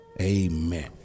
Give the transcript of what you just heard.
Amen